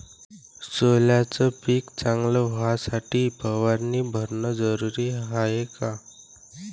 सोल्याचं पिक चांगलं व्हासाठी फवारणी भरनं जरुरी हाये का?